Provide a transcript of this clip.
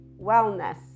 wellness